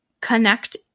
connect